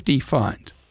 fund